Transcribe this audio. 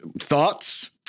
Thoughts